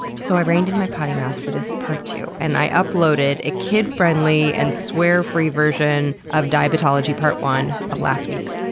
so i reined in my potty mouth for this part two and i uploaded a kid-friendly and swear-free version of diabetology part one, last week's.